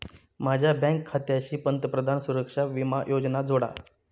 माझ्या बँक खात्याशी पंतप्रधान सुरक्षा विमा योजना जोडा